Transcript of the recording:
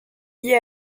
liées